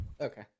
Okay